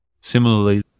Similarly